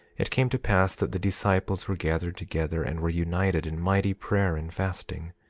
it came to pass that the disciples were gathered together and were united in mighty prayer and fasting.